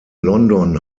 london